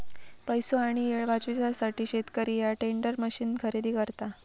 पैसो आणि येळ वाचवूसाठी शेतकरी ह्या टेंडर मशीन खरेदी करता